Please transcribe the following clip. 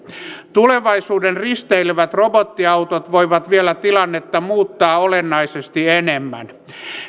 tulevaisuuden risteilevät robottiautot voivat vielä tilannetta muuttaa olennaisesti enemmän